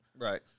right